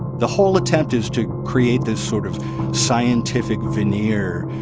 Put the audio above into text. the whole attempt is to create this sort of scientific veneer